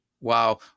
Wow